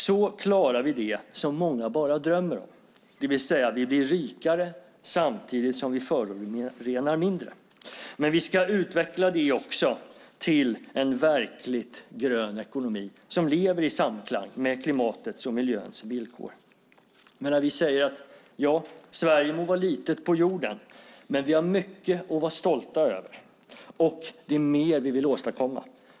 Så klarar vi det som många bara drömmer om, det vill säga att vi blir rikare samtidigt som vi förorenar mindre. Men vi ska utveckla det till en verkligt grön ekonomi som lever i samklang med klimatets och miljöns villkor. Vi säger att Sverige må vara litet på jorden, men vi har mycket att vara stolta över. Det finns mer vi vill åstadkomma.